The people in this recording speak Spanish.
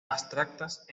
abstractas